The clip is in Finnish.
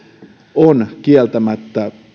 on kieltämättä